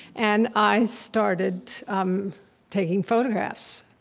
and i started um taking photographs,